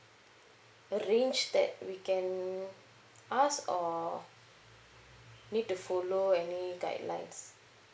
range that we can ask or need to follow any guidelines